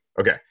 Okay